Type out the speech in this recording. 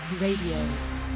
Radio